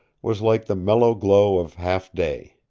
was like the mellow glow of half-day.